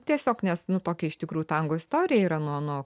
tiesiog nes nu tokia iš tikrųjų tango istorija yra nuo nuo